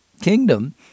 kingdom